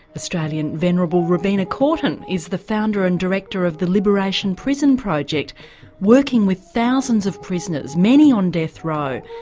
australian venerable robina courtin is the founder and director of the liberation prison project working with thousands of prisoners, many on death row,